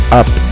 up